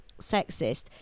sexist